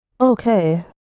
Okay